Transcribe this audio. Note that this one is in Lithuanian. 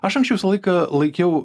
aš anksčiau visą laiką laikiau